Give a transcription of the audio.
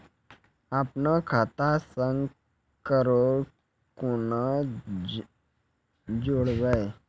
अपन खाता संग ककरो कूना जोडवै?